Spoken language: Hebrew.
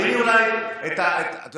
קריאה: 05:00. טלי גוטליב (הליכוד): כבר 05:00?